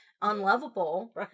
unlovable